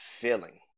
feeling